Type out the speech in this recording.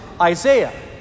Isaiah